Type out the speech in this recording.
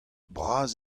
bras